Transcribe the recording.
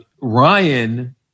ryan